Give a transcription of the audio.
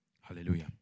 Hallelujah